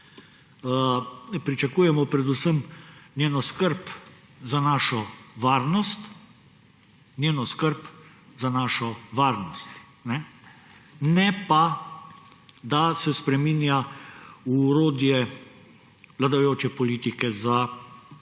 Pričakujemo predvsem njeno skrb za našo varnost; ne pa da se spreminja v orodje vladajoče politike za